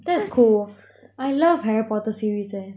that's cool I love harry potter series eh